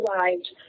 arrived